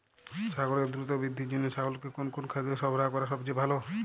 ছাগলের দ্রুত বৃদ্ধির জন্য ছাগলকে কোন কোন খাদ্য সরবরাহ করা সবচেয়ে ভালো?